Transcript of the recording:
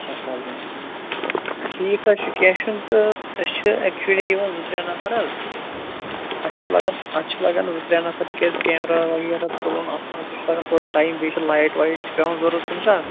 اچھا کَزَن ٹھیٖک حظ چھُ کیٚنٛہہ چھُنہٕ تہٕ أسۍ چھِ ایکچُولی یِوان زٕ ترٛےٚ نَفر حظ اتھ چھِ لگان اتھ چھِ لَگان زٕ ترٛےٚ نَفر تِکِیٛازِ کیمرا وغیرہ تُلان اتھ منٛز یہِ چھُ لَگان تھوڑا ٹایم بیٚیہِ چھِ لایٚٹ وایٚٹ تہِ پیٚوان ضروٗرت کُنہِ ساتہٕ